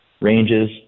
ranges